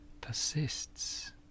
persists